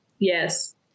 Yes